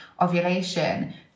ovulation